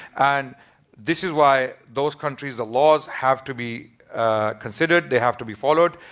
and this is why those countries the laws have to be considered they have to be followed.